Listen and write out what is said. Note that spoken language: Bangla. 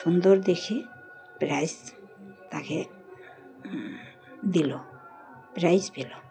সুন্দর দেখে প্রাইজ তাকে দিলো প্রাইজ পেলো